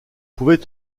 pouvait